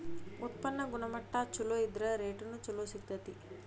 ಉತ್ಪನ್ನ ಗುಣಮಟ್ಟಾ ಚುಲೊ ಇದ್ರ ರೇಟುನು ಚುಲೊ ಸಿಗ್ತತಿ